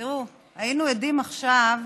תראו, היינו עדים עכשיו